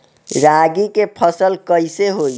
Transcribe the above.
रागी के फसल कईसे होई?